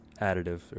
additive